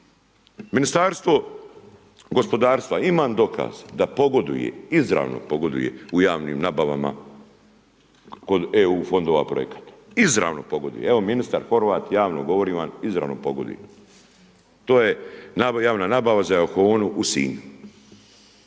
Ministarstvo gospodarstva, imam dokaz da pogoduje, izravno pogoduje u javnim nabavama kod EU fondova projekata. Izravno pogoduje. Evo ministar Horvat, javno govorim vam izravno pogoduje. To je javna nabava za Euhonu u Sinju